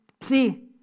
See